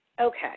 Okay